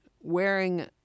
wearing